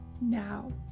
now